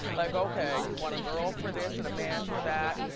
like okay, you want a girl for this and a man for that. and